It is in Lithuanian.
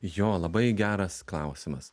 jo labai geras klausimas